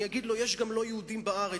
אני אגיד לו: יש גם לא יהודים בארץ.